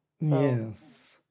Yes